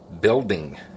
Building